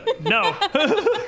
No